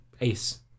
Ace